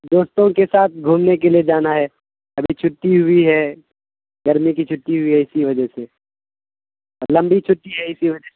دوستوں کے ساتھ گھومنے کے لیے جانا ہے ابھی چھٹی ہوئی ہے گرمی کی چھٹی ہوئی ہے اسی وجہ سے لمبی چھٹی ہے اسی وجہ سے